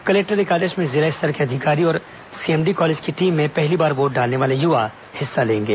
collector एकादश में जिला स्तर के अधिकारी और सीएमडी कॉलेज की टीम में पहली बार वोट डालने वाले युवा हिस्सा लेंगे